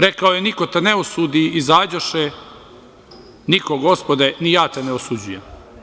Rekao je – niko te ne osudi, izađoše, niko, Gospode, ni ja te ne osuđujem.